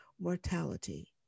mortality